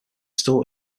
still